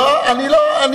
לא, לו אני לא מסביר.